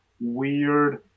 weird